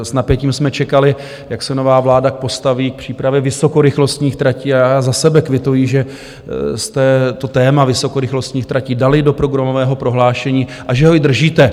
S napětím jsme čekali, jak se nová vláda postaví k přípravě vysokorychlostních tratí, a já za sebe kvituji, že jste téma vysokorychlostních tratí dali do programového prohlášení a že ho i držíte.